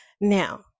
Now